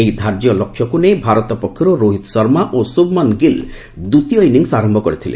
ଏହି ଧାର୍ଯ୍ୟ ଲକ୍ଷ୍ୟକୁ ନେଇ ଭାରତ ପକ୍ଷରୁ ରୋହିତ ଶର୍ମା ଓ ଶୁଭ୍ମନ୍ ଗିଲ୍ ଦ୍ୱିତୀୟ ଇନିଙ୍ଗ୍ସ୍ ଆରମ୍ଭ କରିଥିଲେ